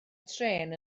trên